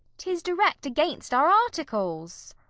tis direct against our articles.